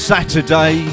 Saturday